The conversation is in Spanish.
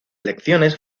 lecciones